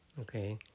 Okay